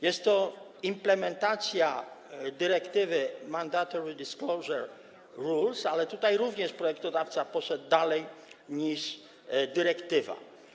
Jest to implementacja dyrektywy Mandatory Disclosure Rules, ale tutaj również projektodawca poszedł dalej niż dyrektywa.